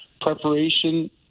preparation